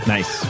Nice